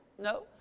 No